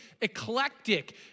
eclectic